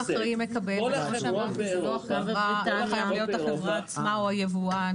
אחראי מקבל --- החברה עצמה או היבואן.